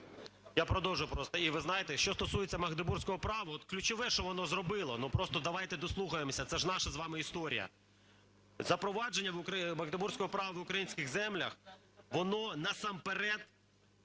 Я продовжу просто. І ви знаєте, що стосується Магдебурзького права, от ключове, що воно зробило. Ну просто давайте дослухаємося, це ж наша з вами історія. Запровадження Магдебурзького права в українських землях, воно насамперед